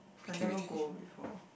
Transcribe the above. I never go before